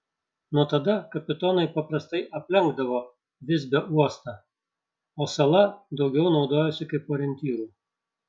nuo tada kapitonai paprastai aplenkdavo visbio uostą o sala daugiau naudojosi kaip orientyru